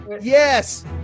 Yes